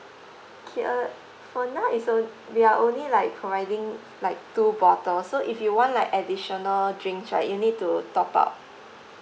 okay uh for now is uh we are only like providing like two bottles so if you want like additional drinks right you need to top up